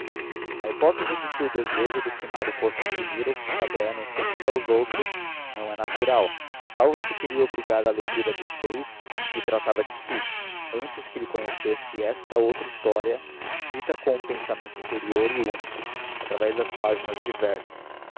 a hipótese de que o desejo do finado fosse imprimir este caderno em seguida aos outros não é natural salvo se queria obrigar a leitura dos seis em que tratava de si antes que lhe conhecessem esta outra história escrita com um pensamento interior e único através das páginas diversas